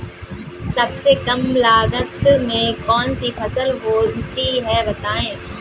सबसे कम लागत में कौन सी फसल होती है बताएँ?